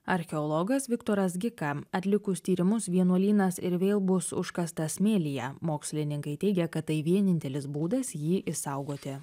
archeologas viktoras gika atlikus tyrimus vienuolynas ir vėl bus užkastas smėlyje mokslininkai teigia kad tai vienintelis būdas jį išsaugoti